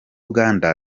uganda